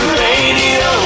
radio